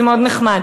זה מאוד נחמד.